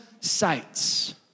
sights